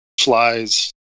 flies